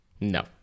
No